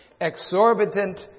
exorbitant